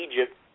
Egypt